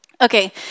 Okay